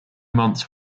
months